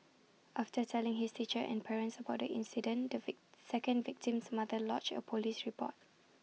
after telling his teacher and parents about the incident the second victim's mother lodged A Police report